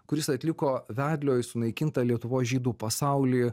kuris atliko vedlio į sunaikintą lietuvos žydų pasaulį